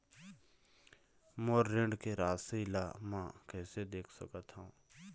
मोर ऋण के राशि ला म कैसे देख सकत हव?